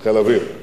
בחיל אוויר,